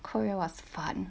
korea was fun